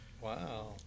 Wow